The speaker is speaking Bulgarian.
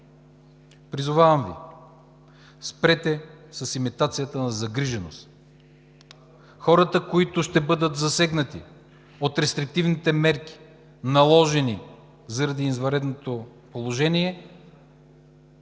Призовавам Ви: спрете с имитацията на загриженост. Хората, които ще бъдат засегнати от рестриктивните мерки, наложени заради извънредното положение,